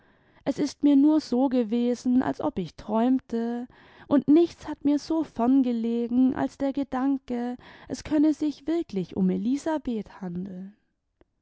es ist mir nur so gewesen als ob ich träumte und nichts hat mir so fem gelegen als der gedanke es könne sich wirklich um elisabeth handeln